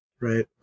Right